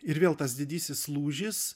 ir vėl tas didysis lūžis